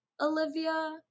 Olivia